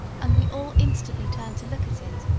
and we all instantly turned to look at it